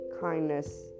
kindness